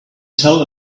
tell